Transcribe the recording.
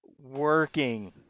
working